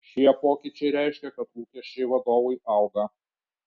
šie pokyčiai reiškia kad lūkesčiai vadovui auga